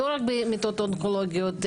לא רק במיטות אונקולוגיות,